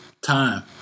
time